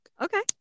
okay